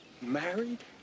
married